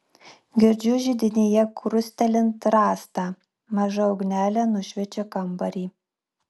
girdžiu židinyje krustelint rastą maža ugnelė nušviečia kambarį